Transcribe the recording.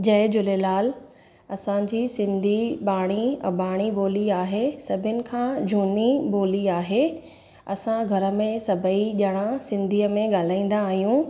जय झूलेलाल असांजी सिंधी बाणी आबाणी ॿोली आहे सभिनि खां झूनी ॿोली आहे असां घर में सभई ॼणा सिंधीअ में ॻाल्हाईंदा आहियूं